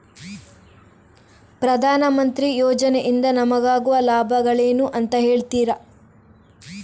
ಪ್ರಧಾನಮಂತ್ರಿ ಯೋಜನೆ ಇಂದ ನಮಗಾಗುವ ಲಾಭಗಳೇನು ಅಂತ ಹೇಳ್ತೀರಾ?